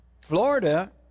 Florida